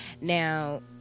Now